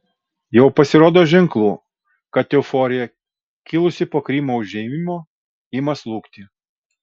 jau pasirodo ženklų kad euforija kilusi po krymo užėmimo ima slūgti